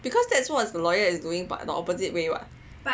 because that is what the lawyer is doing but the opposite way [what]